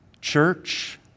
Church